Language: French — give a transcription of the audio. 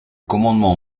commandement